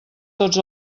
tots